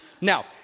Now